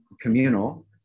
communal